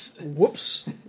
Whoops